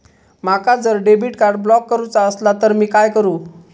माका जर debit card block करूचा असला तर मी काय करू?